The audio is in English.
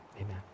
amen